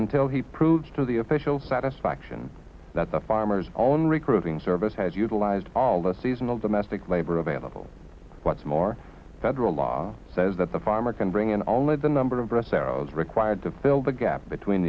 until he proves to the official satisfaction that the farmers own recruiting service has utilized all the seasonal domestic labor available what's more federal law says that the farmer can bring in all of the number of breast arrows required to fill the gap between